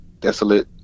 desolate